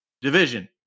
division